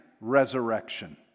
resurrection